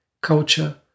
culture